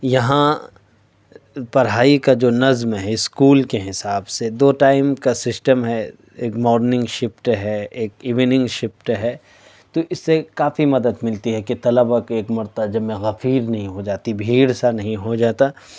یہاں پڑھائی کا جو نظم ہے اسکول کے حساب سے دو ٹائم کا سسٹم ہے ایک مارننگ شپٹ ہے ایک ایوننگ شپٹ ہے تو اس سے کافی مدد ملتی ہے کہ طلبا کے ایک مرتبہ جم غفیر نہیں ہو جاتی بھیڑ سا نہیں ہو جاتا